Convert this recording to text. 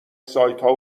سایتها